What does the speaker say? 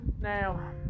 Now